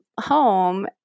home